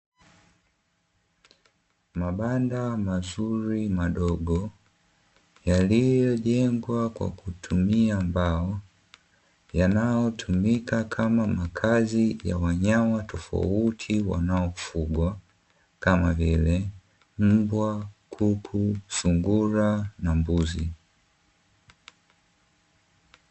Mabanda mazuri madogo yaliyojengwa kwa kutumia mbao, yanayotumika kama makazi ya wanyama tofauti wanaofugwa kama vile: Mbwa, kuku, sungura na mbuzi.